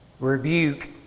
Rebuke